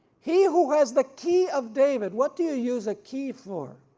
he who has the key of david, what do you use a key for?